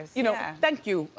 you know, thank you.